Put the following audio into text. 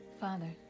Father